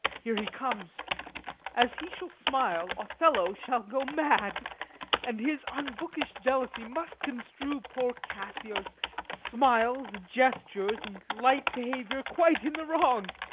here he comes as he shall smile othello shall go mad and his unbookish jealousy must construe poor cassio's smiles, gestures, and light behavior quite in the wrong.